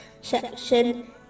section